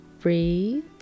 Breathe